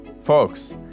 Folks